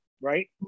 Right